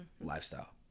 lifestyle